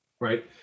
right